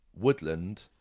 woodland